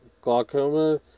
Glaucoma